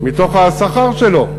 מתוך השכר שלו.